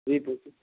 جی جی جی